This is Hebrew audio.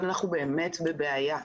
אבל אנחנו באמת בבעיה.